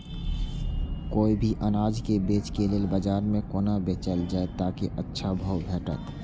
कोय भी अनाज के बेचै के लेल बाजार में कोना बेचल जाएत ताकि अच्छा भाव भेटत?